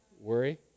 worry